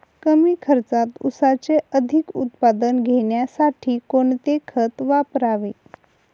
कमी खर्चात ऊसाचे अधिक उत्पादन घेण्यासाठी कोणते खत वापरावे?